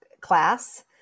class